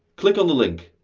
click on the link.